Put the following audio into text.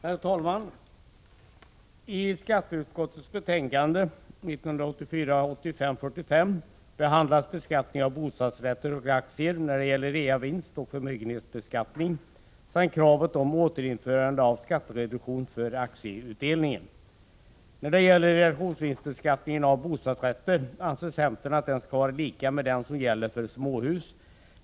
Herr talman! I skatteutskottets betänkande 1984/85:45 behandlas reavinstoch förmögenhetsbeskattning av bostadsrätter och aktier samt kravet om återinförande av skattereduktion för aktieutdelning. Centern anser att realisationsvinstbeskattningen av bostadsrätter skall vara lika med den som gäller för småhus.